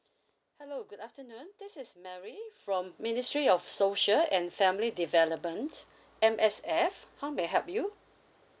hello good afternoon this is mary from ministry of social and family development M_S_F how may I help you